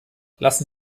lassen